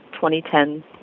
2010